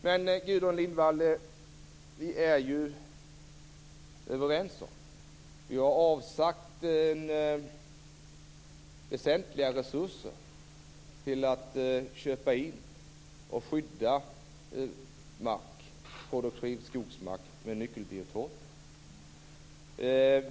Men, Gudrun Lindvall, vi har ju avsatt ordentliga resurser till att köpa in och skydda produktiv skogsmark och nyckelbiotoper, vilket vi har varit överens om.